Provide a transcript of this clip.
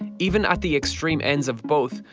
even at the extreme ends of both,